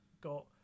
got